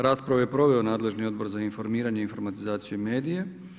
Raspravu je proveo nadležni Odbor za informiranje, informatizaciju i medije.